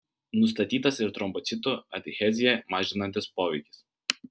nustatytas ir trombocitų adheziją mažinantis poveikis